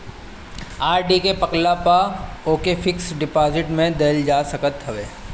RD के पकला पअ ओके फिक्स डिपाजिट में बदल जा सकत हवे